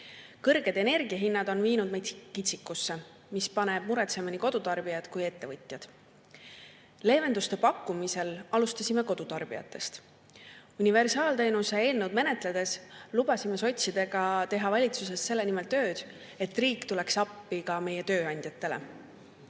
Kõrged energiahinnad on ajanud meid kitsikusse, mis paneb muretsema nii kodutarbijad kui ka ettevõtjad. Leevenduste pakkumisel alustasime kodutarbijatest. Universaalteenuse eelnõu menetledes lubasid sotsid teha valitsuses selle nimel tööd, et riik tuleks appi ka meie tööandjatele.